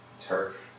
turf